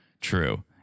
True